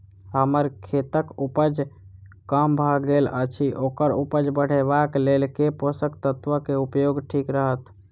हम्मर खेतक उपज कम भऽ गेल अछि ओकर उपज बढ़ेबाक लेल केँ पोसक तत्व केँ उपयोग ठीक रहत?